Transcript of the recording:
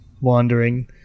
wandering